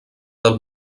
del